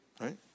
right